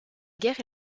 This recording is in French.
guerre